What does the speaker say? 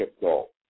goal